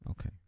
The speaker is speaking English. Okay